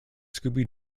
scooby